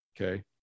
Okay